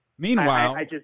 Meanwhile